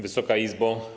Wysoka Izbo!